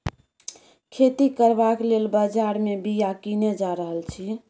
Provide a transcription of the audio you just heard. खेती करबाक लेल बजार मे बीया कीने जा रहल छी